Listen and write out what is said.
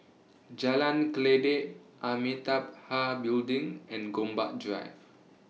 Jalan Kledek Amitabha Building and Gombak Drive